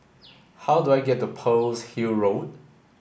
how do I get to Pearl's Hill Road